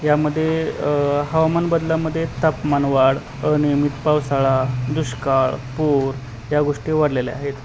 यामध्ये हवामान बदलामध्ये तापमानवाढ अनियमित पावसाळा दुष्काळ पूर या गोष्टी वाढलेल्या आहेत